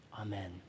Amen